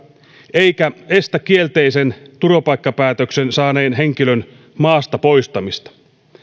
eikä estä kielteisen turvapaikkapäätöksen saaneen henkilön maasta poistamista